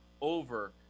over